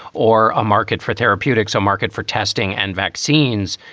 or a market for therapeutics, a market for testing and vaccines,